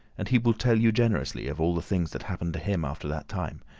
and he will tell you generously of all the things that happened to him after that time,